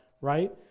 right